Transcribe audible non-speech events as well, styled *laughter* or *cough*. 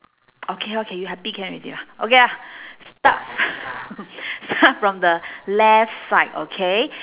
okay okay you happy can already lah okay ah start *laughs* start from the left side okay